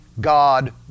God